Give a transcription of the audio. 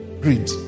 Greed